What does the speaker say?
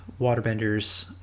waterbenders